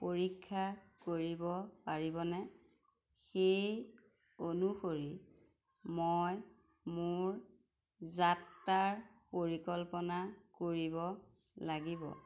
পৰীক্ষা কৰিব পাৰিবনে সেই অনুসৰি মই মোৰ যাত্ৰাৰ পৰিকল্পনা কৰিব লাগিব